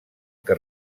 que